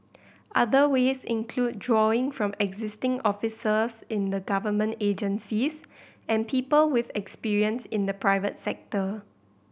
other ways include drawing from existing officers in the government agencies and people with experience in the private sector